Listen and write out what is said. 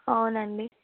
అవునండి